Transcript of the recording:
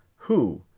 who,